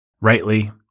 rightly